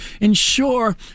ensure